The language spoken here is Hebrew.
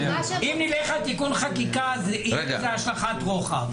אם נלך על תיקון חקיקה תהיה לזה השלכת רוחב.